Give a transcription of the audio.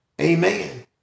Amen